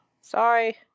sorry